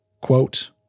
quote